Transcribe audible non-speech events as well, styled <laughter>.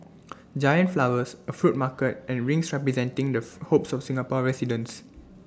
giant flowers A fruit market and rings representing the <unintelligible> hopes of Singapore residents